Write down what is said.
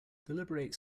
deliberate